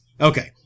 Okay